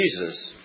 Jesus